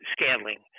Scandling